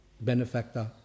benefactor